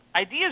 Ideas